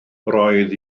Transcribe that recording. roedd